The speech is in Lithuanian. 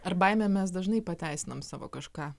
ar baime mes dažnai pateisiname savo kažką